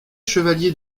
chevalier